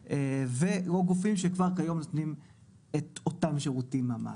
ויהיו הגופים שכבר כיום נותנים את אותם שירותים ממש.